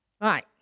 Right